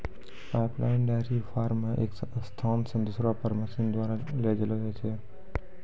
pipeline dairy farm मे एक स्थान से दुसरा पर मशीन द्वारा ले जैलो जाय छै